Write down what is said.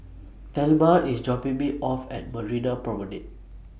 Thelma IS dropping Me off At Marina Promenade